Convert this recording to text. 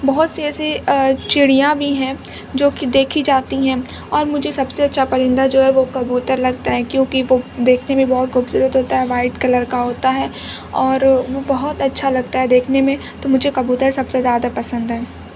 بہت سی ایسی چڑیاں بھی ہیں جوکہ دیکھی جاتی ہیں اور مجھے سب سے اچھا پرندہ جو ہے وہ کبوتر لگتا ہے کیونکہ وہ دیکھنے میں بہت خوبصورت ہوتا ہے وائٹ کلر کا ہوتا ہے اور وہ بہت اچھا لگتا ہے دیکھنے میں تو مجھے کبوتر سب سے زیادہ پسند ہے